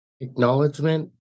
Acknowledgement